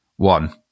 one